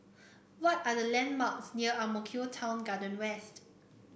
what are the landmarks near Ang Mo Kio Town Garden West